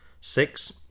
six